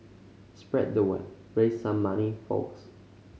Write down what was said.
spread the word raise some money folks